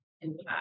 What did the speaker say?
impact